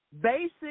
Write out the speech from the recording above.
basic